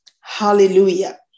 Hallelujah